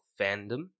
fandom